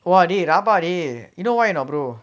!wah! dey you know why or not brother